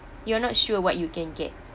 you are not sure what you can get